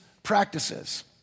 practices